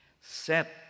Set